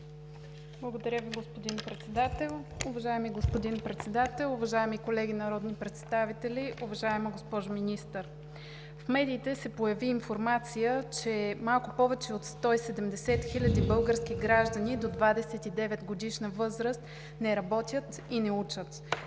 Уважаеми господин Председател, уважаеми колеги народни представители! Уважаема госпожо Министър, в медиите се появи информация, че малко повече от 170 000 български граждани до 29-годишна възраст не работят и не учат.